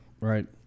Right